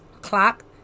clock